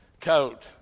coat